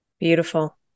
Beautiful